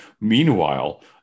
Meanwhile